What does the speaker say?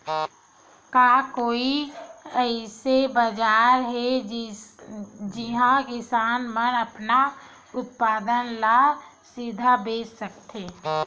का कोई अइसे बाजार हे जिहां किसान मन अपन उत्पादन ला सीधा बेच सकथे?